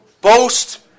Boast